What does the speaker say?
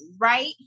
right